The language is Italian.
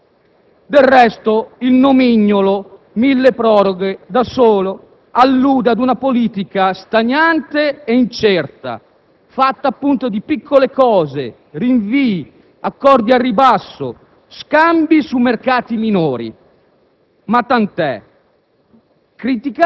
e/o microterritoriali. Del resto, il nomignolo "milleproroghe", da solo, allude ad una politica stagnante e incerta, fatta appunto di piccole cose, rinvii, accordi al ribasso, scambi su mercati minori.